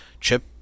Chip